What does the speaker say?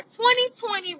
2020